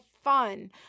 Fun